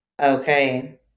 Okay